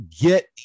get